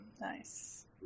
Nice